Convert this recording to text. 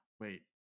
wait